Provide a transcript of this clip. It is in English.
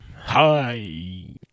Hi